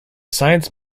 science